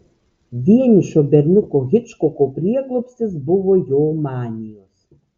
vienišo berniuko hičkoko prieglobstis buvo jo manijos